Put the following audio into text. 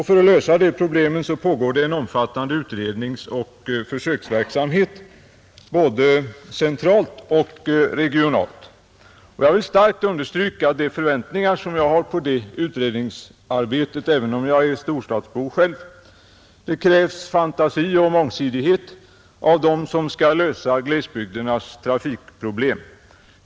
För att lösa det problemet pågår en omfattande utredningsoch försöksverksamhet både centralt och regionalt. Jag vill starkt understryka de förväntningar som jag har på detta utredningsarbete, även om jag själv är storstadsbo. Det krävs fantasi och mångsidighet av dem som skall lösa glesbygdernas trafikproblem.